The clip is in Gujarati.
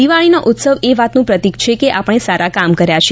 દિવાળીનો ઉત્સવ એ વાતનું પ્રતિક છે કે આપણે સારા કામ કર્યા છે